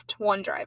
OneDrive